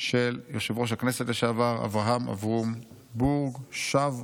של יושב-ראש הכנסת לשעבר אברהם אברום בורג: "שווא.